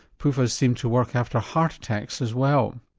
pufas seem to work after heart attacks as well.